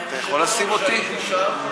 הייתי שם,